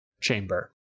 chamber